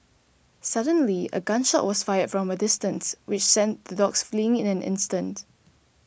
suddenly a gun shot was fired from a distance which sent the dogs fleeing in an instant